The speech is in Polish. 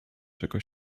czego